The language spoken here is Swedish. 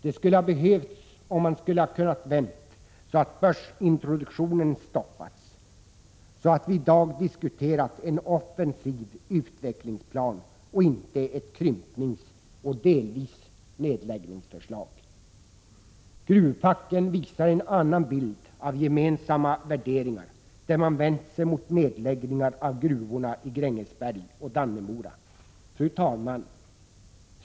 Det skulle ha behövts för att man skulle ha kunnat vända så att börsintroduktionen stoppats, så att vi i dag hade diskuterat en offensiv utvecklingsplan och inte ett krympningsoch, delvis, nedläggningsförslag. Gruvfacken visar en annan bild av gemensamma värderingar, när man vänt sig mot nedläggningar av gruvorna i Grängesberg och Dannemora. Fru talman!